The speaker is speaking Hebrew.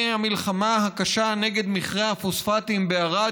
מהמלחמה הקשה נגד מכרה הפוספטים בערד,